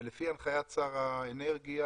לפי הנחיית שר האנרגיה,